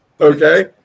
Okay